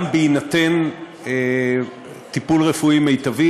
גם בהינתן טיפול רפואי מיטבי,